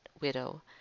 widow